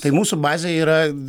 tai mūsų bazė yra